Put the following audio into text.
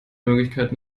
möglichkeiten